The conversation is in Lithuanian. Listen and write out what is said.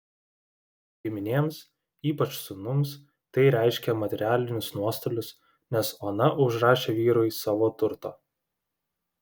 giminėms ypač sūnums tai reiškė materialinius nuostolius nes ona užrašė vyrui savo turto